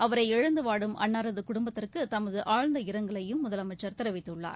அவரை இழந்து வாடும் அன்னாரது குடும்பத்திற்கு தமது ஆழ்ந்த இரங்கலையும் முதலமைச்சர் தெரிவித்துள்ளார்